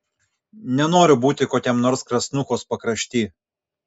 nenoriu būti kokiam nors krasnuchos pakrašty